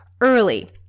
early